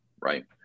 right